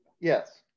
Yes